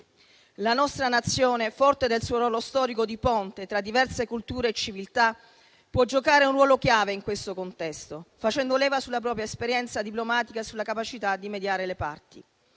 La nostra Nazione, forte del suo ruolo storico di ponte tra diverse culture e civiltà, può giocare un ruolo chiave in questo contesto, facendo leva sulla propria esperienza diplomatica e sulla capacità di mediare tra le parti.